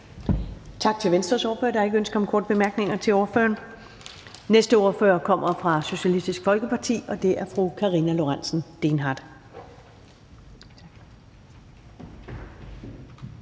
Tak til Venstres ordfører. Der er ikke ønske om korte bemærkninger til ordføreren. Næste ordfører kommer fra Socialistisk Folkeparti, og det er fru Karina Lorentzen Dehnhardt.